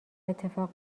اتفاق